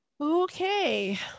Okay